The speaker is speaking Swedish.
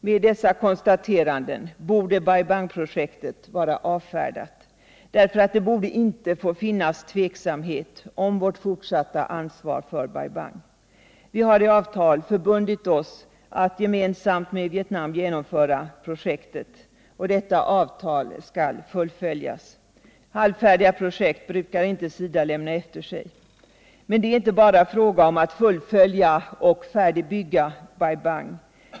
Med dessa konstateranden borde Bai Bang-projektet vara avfärdat. Det borde inte få finnas tveksamhet om vårt fortsatta ansvar för projektet. Vi har i avtal förbundit oss att gemensamt med Vietnam genomföra det. Detta avtal måste fullföljas — SIDA brukar inte lämna efter sig halvfärdiga projekt. Men det är inte bara fråga om att fullfölja och färdigbygga Bai Bang.